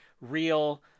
real